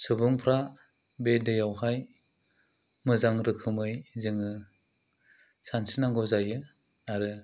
सुबुंफ्रा बे दैआवहाय मोजां रोखोमै जोङो सानस्रिनांगौ जायो आरो